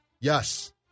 Yes